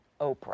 Oprah